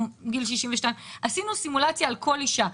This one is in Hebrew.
או גיל 62. עשינו סימולציה על כל אישה,